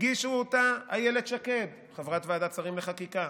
הגישו אותה אילת שקד, חברת ועדת שרים לחקיקה,